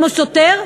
כמו שוטר,